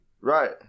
right